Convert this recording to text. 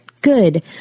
Good